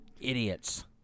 idiots